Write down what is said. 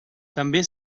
també